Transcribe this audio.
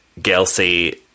gelsey